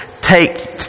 take